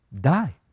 Die